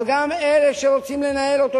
אבל גם אלה שרוצים לנהל אותו,